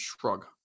shrug